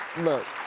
look,